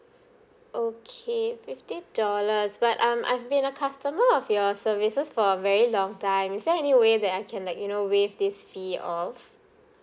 okay fifty dollars but um I've been a customer of your services for a very long time is there any way that I can like you know waive this fee off